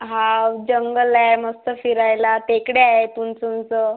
हा जंगल आहे मस्त फिरायला टेकड्या आहेत उंच उंच